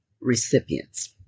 recipients